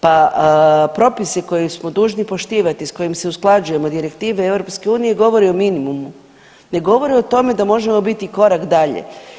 Pa propisi koje smo dužni poštivati, s kojim se usklađujemo direktive EU govore o minimumu, ne govori o tome da možemo biti korak dalje.